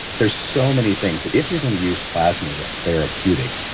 there's so many things if you're going to use plasma as a therapeutic,